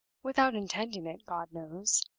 without intending it, god knows!